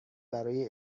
برای